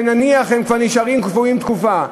שנניח הם כבר נשארים קבועים תקופה,